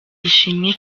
ishimwe